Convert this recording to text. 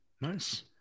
Nice